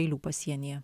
eilių pasienyje